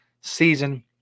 season